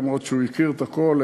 אף שהוא הכיר את הכול,